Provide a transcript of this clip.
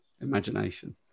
imagination